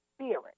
spirit